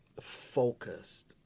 focused